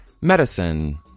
medicine